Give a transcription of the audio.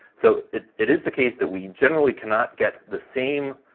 so it it is the case that we generally cannot get the same